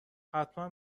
حتما